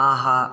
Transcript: ஆஹா